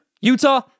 Utah